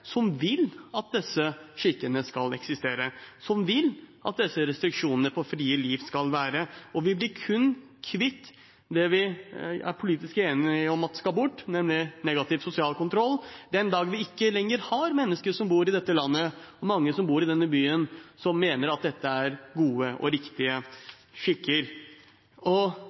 som vil at disse skikkene skal eksistere, som vil at det skal være slike restriksjoner på et fritt liv. Vi blir kun kvitt det vi er politisk enige om at skal bort, nemlig negativ sosial kontroll, den dag det ikke lenger bor mennesker i dette landet, og mange som bor i denne byen, som mener at dette er gode og riktige skikker. Det er dessverre ofte foreldre, onkler, tanter, søsken, naboer og